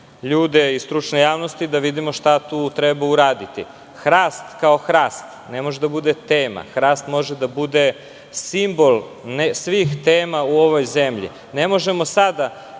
ljude iz stručne javnosti, da vidimo šta tu treba uraditi. Hrast kao hrast ne može da bude tema. Hrast može da bude simbol ne svih tema u ovoj zemlji. Ne možemo sada